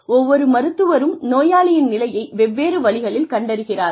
ஒவ்வொரு மருத்துவரும் நோயாளியின் நிலையை வெவ்வேறு வழிகளில் கண்டறிகிறார்கள்